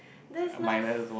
that's not f~